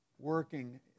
working